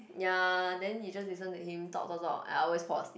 ya then you just listen to him talk talk I always fall asleep